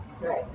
Right